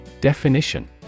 Definition